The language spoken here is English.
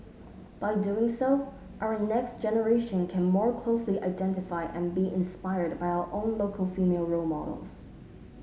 by doing so our next generation can more closely identify and be inspired by our own local female role models